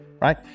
right